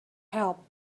help